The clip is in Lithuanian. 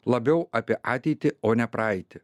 labiau apie ateitį o ne praeitį